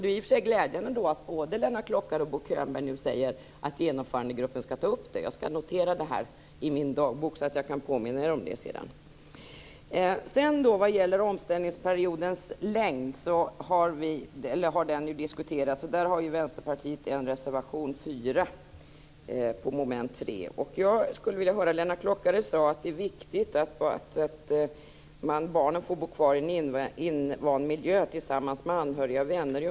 Det är i och för sig glädjande att både Lennart Klockare och Bo Könberg nu säger att Genomförandegruppen ska ta upp detta. Jag ska notera det i min dagbok så att jag kan påminna er om det senare. Omställningsperiodens längd har ju diskuterats. Där har vi i Vänsterpartiet en reservation i SfU13, nämligen reservation 4 under mom. 3. Lennart Klockare sade att det är viktigt att barnen får bo kvar i invand miljö tillsammans med anhöriga och vänner.